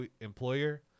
employer